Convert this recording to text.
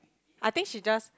I think she just